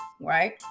right